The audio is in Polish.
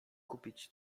kupić